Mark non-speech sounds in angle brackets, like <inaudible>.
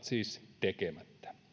<unintelligible> siis tekemättä